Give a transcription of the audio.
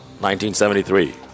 1973